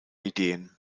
ideen